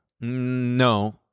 No